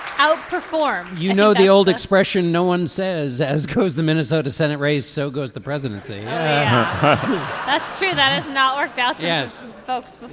outperform. you know the old expression no one says as coase the minnesota senate race so goes the presidency that's true that has not worked out. yes folks